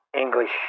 English